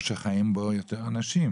או שחיים בו יותר אנשים,